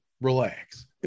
relax